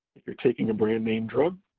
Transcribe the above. if you're taking a brand name drug,